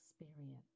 experience